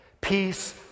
Peace